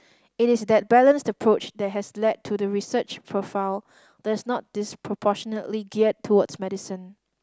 it is that balanced approach that has led to the research profile that is not disproportionately geared towards medicine